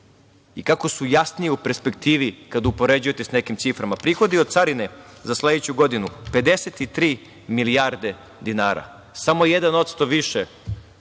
i kako su jasnije u perspektivi kada upoređujete sa nekim ciframa. Prihodi od Carine za sledeću godinu 53 milijarde dinara, samo 1% više